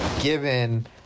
given